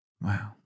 Wow